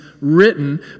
written